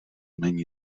není